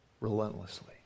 Relentlessly